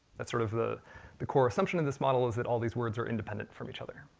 that's sort of the the core assumption in this model, is that all these words are independent from each other.